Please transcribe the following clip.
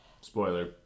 Spoiler